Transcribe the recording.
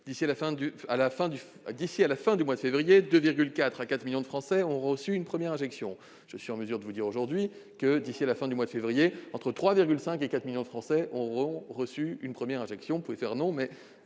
d'ici à la fin du mois de février, de 2,4 millions à 4 millions de Français auront reçu une première injection. Or je suis en mesure de vous dire aujourd'hui que, d'ici à la fin du mois de février, entre 3,5 millions et 4 millions de Français auront reçu une première injection. Vous pouvez le nier, mais